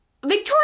Victoria